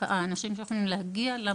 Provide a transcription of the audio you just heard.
שהוקמו עבור חולים שנמצאים כרגע בסבל,